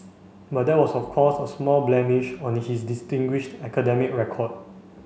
but that was of course a small blemish on his distinguished academic record